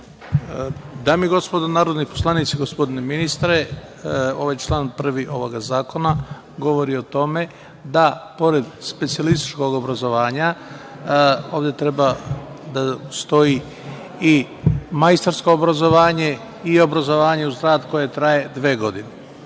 Dame i gospodo narodni poslanici, gospodine ministre, ovaj član 1. ovog zakona govori o tome da pored specijalističkog obrazovanja ovde treba da stoji i majstorsko obrazovanje i obrazovanje uz rad koji traje dve godine.U